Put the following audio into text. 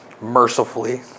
mercifully